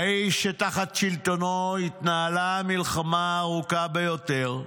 האיש שתחת שלטונו התנהלה המלחמה הארוכה ביותר,